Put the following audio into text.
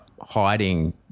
hiding